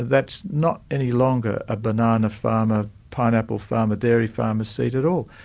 that's not any longer a banana farmer, pineapple farmer, dairy farmer seat at all,